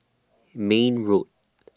Mayne Road